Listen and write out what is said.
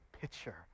picture